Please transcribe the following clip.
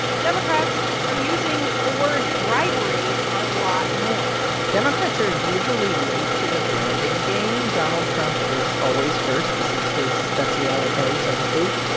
democrats are using the word bribery a lot more democrats are usually late to the branding game. donald trump is always first. this is his speciality, so to speak.